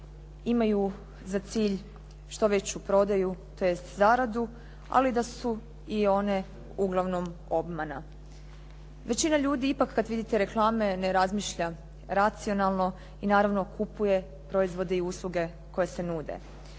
imaju za cilj što veću prodaju tj. zaradu, ali da su i one uglavnom obmana. Većina ljudi kada vidi te reklame ne razmišlja racionalno i naravno kupuje proizvode i usluge koje se nude.